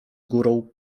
górą